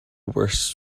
worse